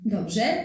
Dobrze